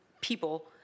people